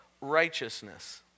righteousness